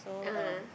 ah